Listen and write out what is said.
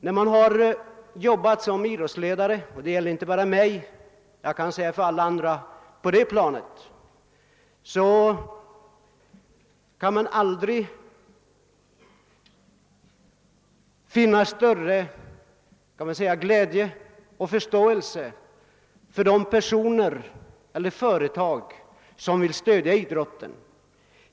När man har arbetat som idrottsledare — det gäller inte bara mig utan alla andra på det planet — så blir man alltid glad som idrottsledare om det finns personer eller företag som vill stödja idrotten.